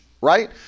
right